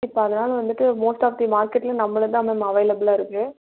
இப்போ அதனால் வந்துட்டு மோஸ்ட் ஆஃப் தி மார்க்கெட்டில் நம்மளுதான் மேம் அவைலபிளாக இருக்குது